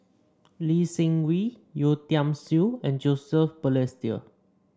Lee Seng Wee Yeo Tiam Siew and Joseph Balestier